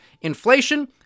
inflation